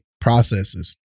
processes